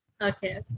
Okay